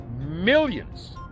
millions